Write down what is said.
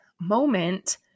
moment